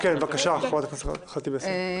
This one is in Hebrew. בבקשה חברת הכנסת ח'טיב יאסין.